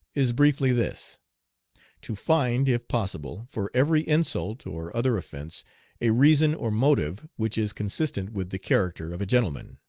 is briefly this to find, if possible, for every insult or other offence a reason or motive which is consistent with the character of a gentleman.